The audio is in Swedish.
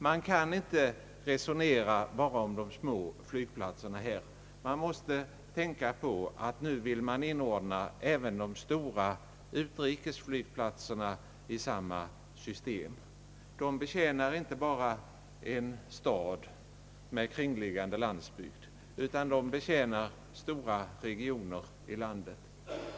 Man kan inte resonera bara om de små flygplatserna, utan det är ett önskemål att inordna de stora utrikesflygplatserna i samma system. Dessa stora flygplatser betjänar inte bara en stad med kringliggande landsbygd utan stora regioner i landet.